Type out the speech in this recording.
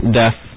death